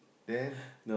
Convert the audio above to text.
then